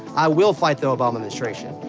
i will fight the obama administration.